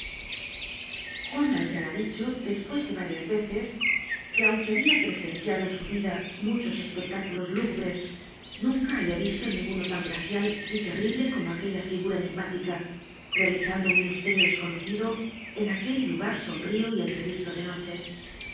juan valjean ha dicho despues varias veces que aunque había presenciado en su vida muchos espectáculos lúgubres nunca babia visto ninguno tan glacial y terrible como aquella figura enigmática realizando un misterio desconocido en aquel lugar sombrío y entrevisto de noche